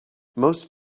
most